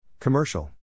Commercial